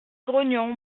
grognon